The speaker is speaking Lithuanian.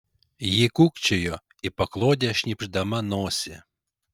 ji kūkčiojo į paklodę šnypšdama nosį